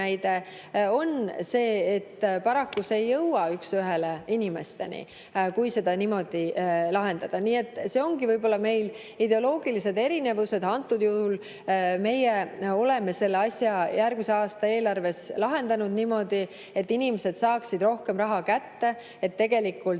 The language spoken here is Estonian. on see, et paraku ei jõua see üks ühele inimesteni, kui seda niimoodi lahendada. Need ongi võib-olla meie ideoloogilised erinevused. Antud juhul oleme meie selle asja järgmise aasta eelarves lahendanud niimoodi, et inimesed saaksid rohkem raha kätte, et neil